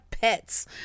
pets